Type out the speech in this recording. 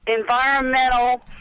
environmental